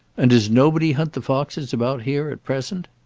and does nobody hunt the foxes about here at present?